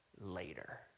later